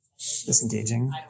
disengaging